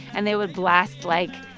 and they would blast, like,